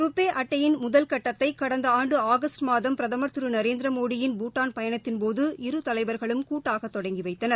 ருபே அட்டையின் முதல் கட்டத்தை கடந்த ஆண்டு ஆகஸ்ட் மாதம் பிரதமர் கிரு நரேந்திரமோடியின் பூட்டான் பயணத்தின்போது இரு தலைவர்களும் கூட்டாக தொடங்கி வைத்தனர்